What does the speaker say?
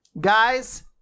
Guys